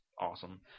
awesome